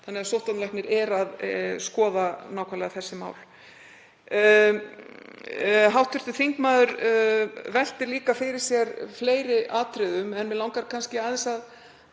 þannig að sóttvarnalæknir er að skoða nákvæmlega þessi mál. Hv. þingmaður veltir líka fyrir sér fleiri atriðum en mig langar kannski aðeins að